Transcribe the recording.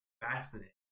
fascinating